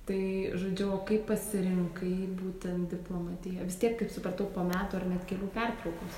tai žodžiu o kaip pasirinkai būtent diplomatiją vis tiek kaip supratau po metų ar net kelių pertraukos